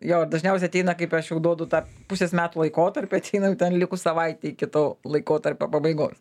jo dažniausiai ateina kaip aš jau duodu tą pusės metų laikotarpį ateina jau ten likus savaitei iki to laikotarpio pabaigos